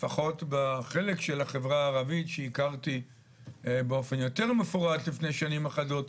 לפחות בחלק של החברה הערבית באופן יותר מפורט לפני שנים אחדות,